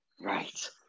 Right